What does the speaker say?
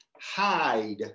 hide